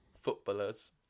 footballers